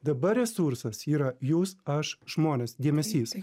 dabar resursas yra jūs aš žmonės dėmesys